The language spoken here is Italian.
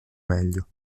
meglio